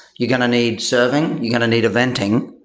you're going to need serving. you're going to need eventing.